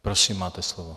Prosím, máte slovo.